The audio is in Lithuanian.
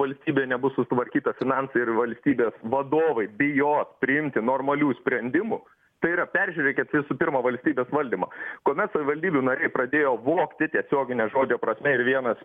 valstybėj nebus sutvarkyta finansai ir valstybės vadovai bijos priimti normalių sprendimų tai yra peržiūrėkit visų pirma valstybės valdymą kuomet savivaldybių nariai pradėjo vogti tiesiogine žodžio prasme ir vienas